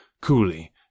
coolly